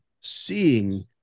seeing